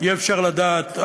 אי-אפשר לדעת.